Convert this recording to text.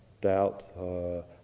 Doubt